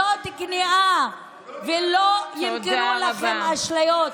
זו כניעה, ושלא ימכרו לכם אשליות.